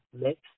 mix